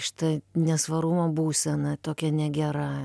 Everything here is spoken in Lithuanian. šita nesvarumo būsena tokia negera